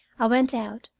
i went out,